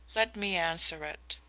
let me answer it.